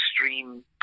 extreme